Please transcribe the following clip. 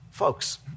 Folks